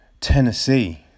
Tennessee